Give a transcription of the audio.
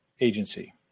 agency